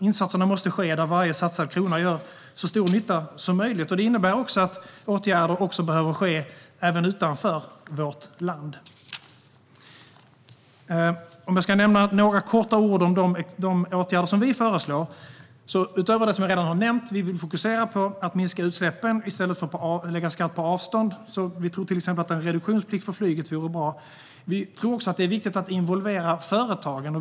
Insatserna måste ske där varje satsad krona gör så stor nytta som möjligt. Det innebär att åtgärder behöver vidtas även utanför vårt land. Jag ska säga några korta ord om de åtgärder vi föreslår utöver det som jag redan har nämnt. Vi vill fokusera på att minska utsläppen i stället för att lägga skatt på avstånd. Vi tror till exempel att en reduktionsplikt för flyget vore bra. Vi tror också att det är viktigt att involvera företagen.